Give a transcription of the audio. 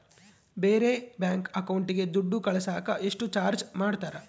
ಬೇರೆ ಬ್ಯಾಂಕ್ ಅಕೌಂಟಿಗೆ ದುಡ್ಡು ಕಳಸಾಕ ಎಷ್ಟು ಚಾರ್ಜ್ ಮಾಡತಾರ?